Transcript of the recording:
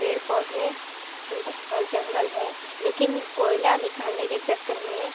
पेड़ पौधे और जंगल हैं लेकिन कोयला निकालने के चक्कर में